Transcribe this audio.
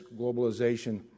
globalization